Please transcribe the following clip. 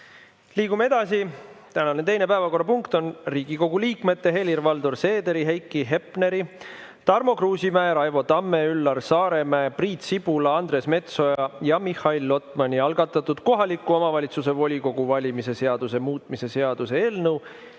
Liigume edasi. Tänane teine päevakorrapunkt on Riigikogu liikmete Helir-Valdor Seederi, Heiki Hepneri, Tarmo Kruusimäe, Raivo Tamme, Üllar Saaremäe, Priit Sibula, Andres Metsoja ja Mihhail Lotmani algatatud kohaliku omavalitsuse volikogu valimise seaduse muutmise seaduse eelnõu